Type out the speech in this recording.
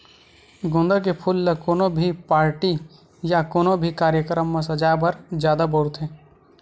गोंदा के फूल ल कोनो भी पारटी या कोनो भी कार्यकरम म सजाय बर जादा बउरथे